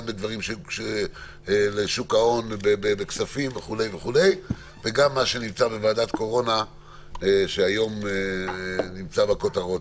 גם לשוק ההון בכספים וגם מה שנמצא בוועדת קורונה שנמצא היום בכותרות.